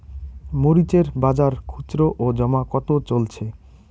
মরিচ এর বাজার খুচরো ও জমা কত চলছে?